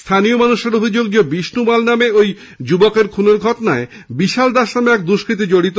স্হানীয় মানুষের অভিযোগ বিষ্ণু মাল নামে ওই যুবকের খুনের ঘটনায় বিশাল দাস নামে এক দুষ্কতি জড়িত